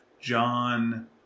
John